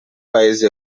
paesi